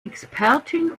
expertin